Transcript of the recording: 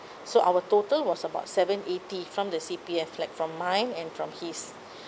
so our total was about seven eighty from the C_P_F like from mine and from his